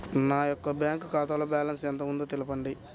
నా యొక్క బ్యాంక్ ఖాతాలో బ్యాలెన్స్ ఎంత ఉందో తెలపండి?